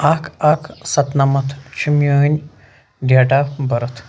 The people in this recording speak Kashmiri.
اکھ اکھ ستنمتھ چھِ میٲنۍ ڈیٹ آف بٔرٕتھ